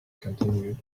continued